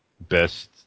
best